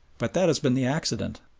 but that has been the accident,